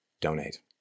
donate